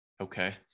Okay